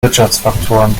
wirtschaftsfaktoren